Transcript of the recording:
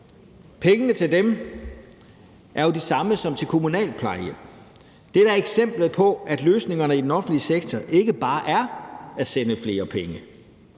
Pengene til dem er jo de samme som til kommunale plejehjem. Det er da eksemplet på, at løsningerne i den offentlige sektor ikke bare er at sende flere penge.